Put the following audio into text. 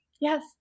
Yes